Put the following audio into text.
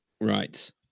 Right